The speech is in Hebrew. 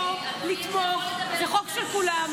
כולנו פה נתמוך, זה חוק של כולם.